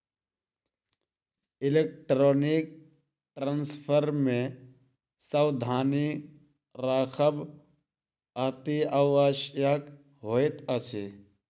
electronic transfer मे सावधानी राखब अतिआवश्यक होइत अछि